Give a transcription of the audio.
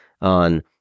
on